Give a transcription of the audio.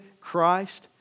Christ